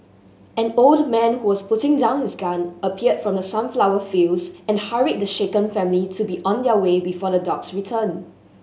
an old man who was putting down his gun appeared from the sunflower fields and hurried the shaken family to be on their way before the dogs return